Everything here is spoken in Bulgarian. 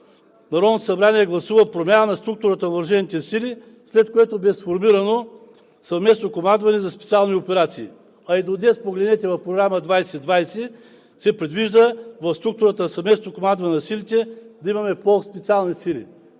Народното събрание гласува промяна на структурата на въоръжените сили, след което бе сформирано Съвместно командване за специални операции. А и до днес – погледнете в Програма 2020, се предвижда в структурата на Съвместното командване на силите да имаме по-специални сили.